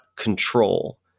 Control